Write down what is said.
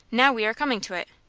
now we are coming to it.